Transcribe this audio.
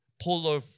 polar